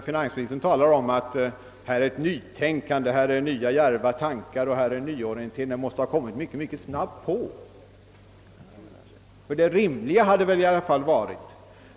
Finansministern talade om att här är det fråga om ett nytänkande och en nyorientering. Det måste ha kommit mycket snabbt på.